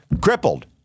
crippled